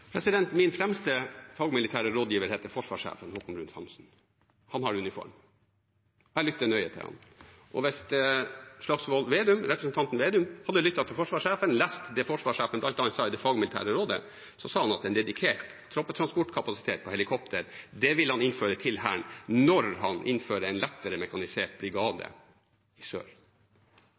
Min fremste fagmilitære rådgiver er forsvarssjefen, Haakon Bruun-Hanssen. Han har uniform. Jeg lytter nøye til ham. Hvis representanten Slagsvold Vedum hadde lyttet til forsvarssjefen og lest det forsvarssjefen bl.a. sa i det fagmilitære rådet, at han vil innføre en dedikert troppetransportkapasitet på helikopter til Hæren når han innfører en lettere mekanisert brigade i sør,